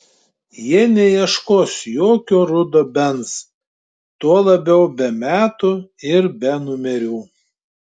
jie neieškos jokio rudo benz tuo labiau be metų ir be numerių